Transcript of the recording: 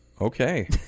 Okay